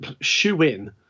shoe-in